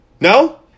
no